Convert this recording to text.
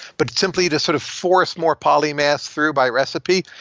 but simply to sort of force more polymath through by recipe.